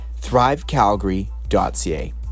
thrivecalgary.ca